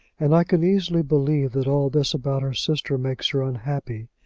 and i can easily believe that all this about her sister makes her unhappy.